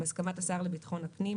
בהסכמת השר לבטחון הפנים,